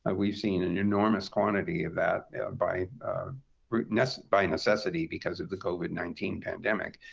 ah we've seen an enormous quantity of that by necessity by necessity because of the covid nineteen pandemic.